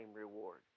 reward